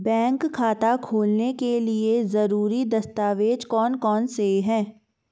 Bank खाता खोलने के लिए ज़रूरी दस्तावेज़ कौन कौनसे हैं?